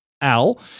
Al